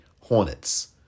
Hornets